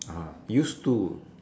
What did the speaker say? ah used to